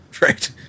Right